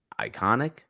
iconic